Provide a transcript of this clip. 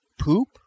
poop